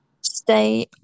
stay